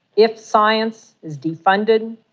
if science is defunded,